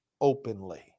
openly